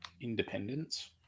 independence